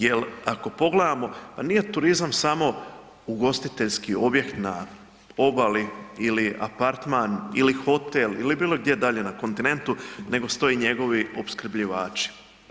Jel ako pogledamo, pa nije turizam samo ugostiteljski objekt na obali ili apartman ili hotel ili bilo gdje dalje na kontinentu, nego su to i njegovi opskrbljivači.